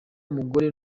mugore